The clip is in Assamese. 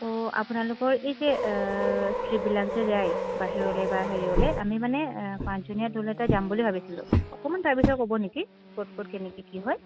অ' আপোনালোকৰ এই যে ট্ৰিপবিলাক যে যায় বাহিৰলৈ বা হেৰিয়লৈ আমি মানে পাঁচজনীয়া দল এটা যাম বুলি ভাবিছিলো অকণমান তাৰ বিষয়ে ক'ব নেকি ক'ত ক'ত কেনেকৈ কি হয়